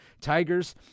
Tigers